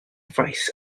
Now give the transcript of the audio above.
faes